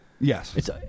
Yes